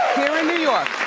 here in new york,